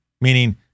Meaning